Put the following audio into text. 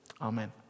Amen